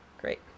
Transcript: Great